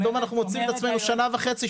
פתאום אנחנו מוצאים את עצמנו שנה וחצי,